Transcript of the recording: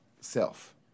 self